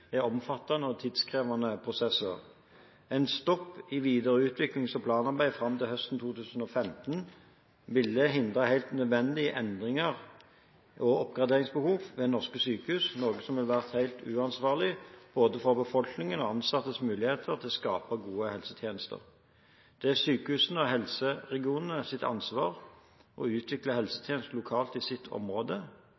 er omfattende og tidkrevende prosesser. En stopp i videre utviklings- og planarbeid fram til høsten 2015 ville hindre helt nødvendige endringer og oppgraderingsbehov ved norske sykehus, noe som ville vært helt uansvarlig både for befolkningen og ansattes muligheter til å skape gode helsetjenester. Det er sykehusenes og helseregionenes ansvar å utvikle